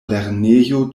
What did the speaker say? lernejo